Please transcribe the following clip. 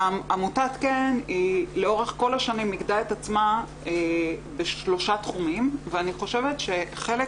עמותת כ"ן לאורך כל השנים מיקדה את עצמה בשלושה תחומים ואני חושבת שחלק